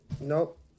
Nope